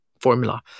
formula